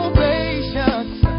patience